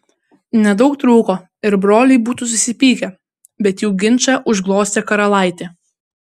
nedaug trūko ir broliai būtų susipykę bet jų ginčą užglostė karalaitė